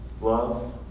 Love